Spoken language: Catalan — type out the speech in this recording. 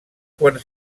quan